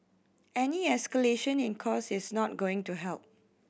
any escalation in costs is not going to help